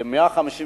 150 שנה,